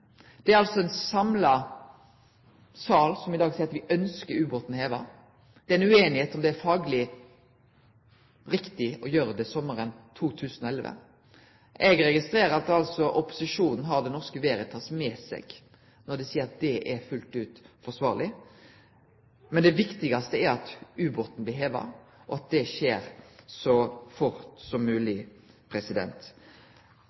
Det er ein samla sal som i dag seier at me ønskjer ubåten heva. Me er ueinige om det er fagleg riktig å gjere det sommaren 2011. Eg registrerer at opposisjonen har Det Norske Veritas med seg når dei seier at det fullt ut er forsvarleg. Det viktigaste er at ubåten blir heva, og at det skjer så fort som